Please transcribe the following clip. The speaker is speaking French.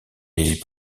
les